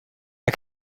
der